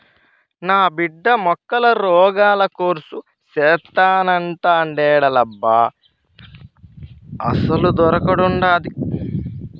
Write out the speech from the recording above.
నా బిడ్డ మొక్కల రోగాల కోర్సు సేత్తానంటాండేలబ్బా అసలదొకటుండాదా